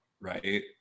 right